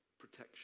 protection